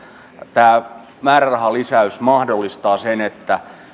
tämä määrärahalisäys mahdollistaa sen että